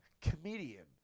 comedian